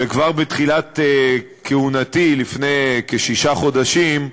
וכבר בתחילת כהונתי, לפני כשישה חודשים,